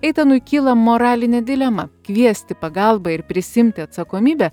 eitanui kyla moralinė dilema kviesti pagalbą ir prisiimti atsakomybę